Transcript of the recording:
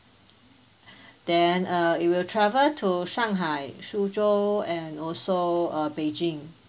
then uh it will travel to shanghai suzhou and also uh beijing